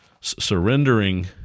surrendering